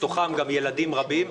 בתוכן גם ילדים רבים,